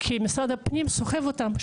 כי משרד הפנים סוחב אותם.